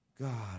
God